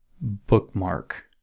bookmark